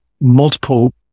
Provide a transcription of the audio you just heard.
multiple